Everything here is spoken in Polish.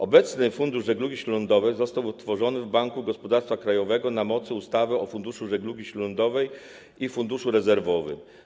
Obecny Fundusz Żeglugi Śródlądowej został utworzony w Banku Gospodarstwa Krajowego na mocy ustawy o Funduszu Żeglugi Śródlądowej i Funduszu Rezerwowym.